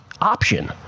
option